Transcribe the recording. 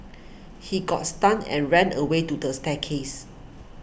he got stunned and ran away to the staircase